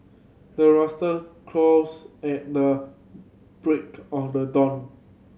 the rooster crows at the break of the dawn